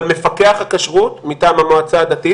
אבל מפקח הכשרות מטעם המועצה הדתית?